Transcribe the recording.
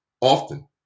often